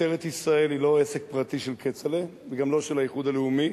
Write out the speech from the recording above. ארץ-ישראל היא לא עסק פרטי של כצל'ה וגם לא של האיחוד הלאומי,